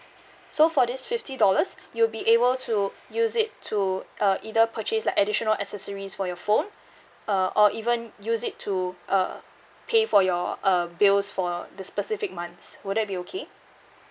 so for this fifty dollars you'll be able to use it to uh either purchase like additional accessories for your phone uh or even use it to uh pay for your uh bills for the specific month would that be okay